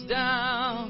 down